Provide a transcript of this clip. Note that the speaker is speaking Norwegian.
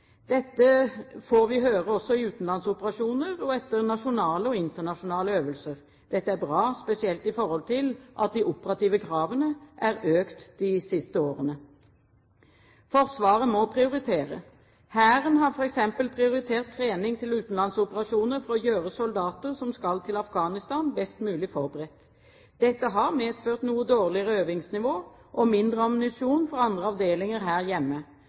Dette får vi høre også i forbindelse med utenlandsoperasjoner og etter nasjonale og internasjonale øvelser. Dette er bra, spesielt i forhold til at de operative kravene er økt de siste årene. Forsvaret må prioritere. Hæren har f.eks. prioritert trening til utenlandsoperasjoner for å gjøre soldater som skal til Afghanistan, best mulig forberedt. Dette har medført noe dårligere øvingsnivå og mindre ammunisjon for andre avdelinger her hjemme.